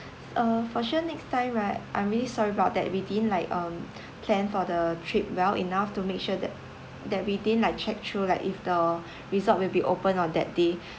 uh for sure next time right I'm really sorry about that we didn't like um plan for the trip well enough to make sure that that we didn't like checked through like if the resort will be opened on that day